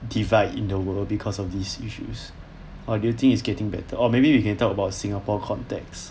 divide in the world because of these issues or do you think it's getting better or maybe you can talk about singapore context